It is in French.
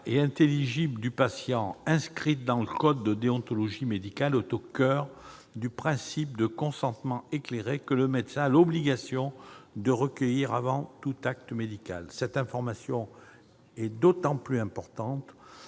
intelligible du patient inscrite dans le code de déontologie médicale est au coeur du principe de consentement éclairé que le médecin a l'obligation de recueillir avant tout acte médical. Cette information est d'autant plus importante